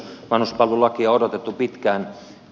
vanhuspalvelulakia on odotettu pitkään